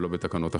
ולא בתקנות אחרות.